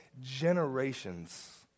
generations